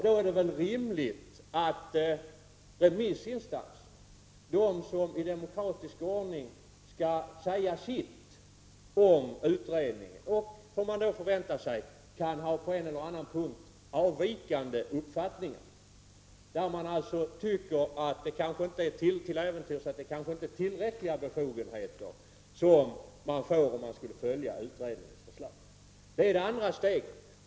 Då är det väl rimligt att remissinstanserna i demokratisk ordning säger sitt om utredningen och, kan man förvänta sig, på en eller annan punkt har en avvikande uppfattning. De kan t.ex. till äventyrs tycka att det inte blir tillräckliga befogenheter om man följer utredningens förslag. Detta är det andra steget.